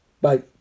bye